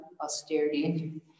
austerity